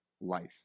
life